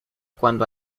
cuando